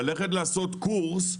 לעשות קורס,